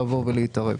להתערב.